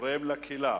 תורם לקהילה,